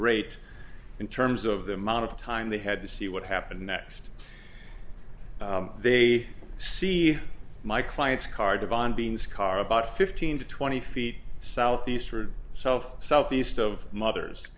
rate in terms of the amount of time they had to see what happened next they see my client's car divine beings car about fifteen to twenty feet southeastward self southeast of mothers